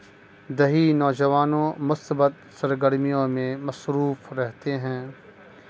دیہی نوجوانوں مثبت سرگرمیوں میں مصروف رہتے ہیں